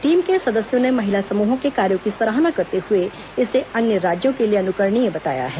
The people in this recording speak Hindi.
टीम के सदस्यों ने महिला समूहों के कार्यों की सराहना करते हुए इसे अन्य राज्यों के लिए अनुकरणीय बताया है